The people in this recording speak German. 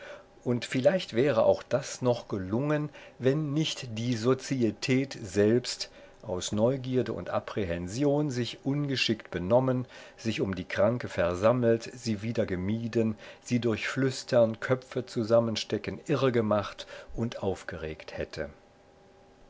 und vielleicht wäre auch das noch gelungen wenn nicht die sozietät selbst aus neugierde und apprehension sich ungeschickt benommen sich um die kranke versammelt sie wieder gemieden sie durch flüstern köpfezusammenstecken irregemacht und aufgeregt hätte